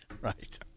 Right